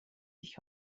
sich